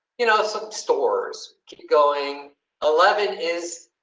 you know, some stores keep going eleven is.